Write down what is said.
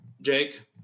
Jake